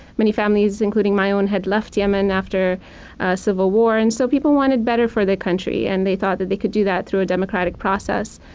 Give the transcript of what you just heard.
many families, including my own, had left yemen after a civil war. and so people wanted better for their country. and they thought that they could do that through a democratic process.